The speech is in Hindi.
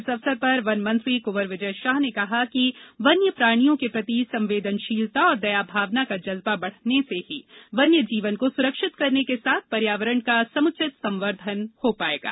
इस अवसर पर वन मंत्री कुंवर विजय शाह ने कहा कि वन्यप्राणियों के प्रति संवेदनशीलता और दया भावना का जज्बा बढ़ाने से ही वन्यजीवन को सुरक्षित करने के साथ पर्यावरण का समूचित संवर्द्वन कर पायेंगे